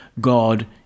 God